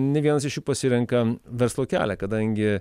nė vienas iš jų pasirenka verslo kelią kadangi